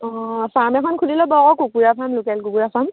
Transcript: অঁ ফাৰ্ম এখন খুুলি ল'ব আকৌ কুকুৰা ফাৰ্ম লোকেল কুকুৰা ফাৰ্ম